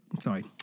Sorry